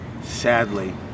Sadly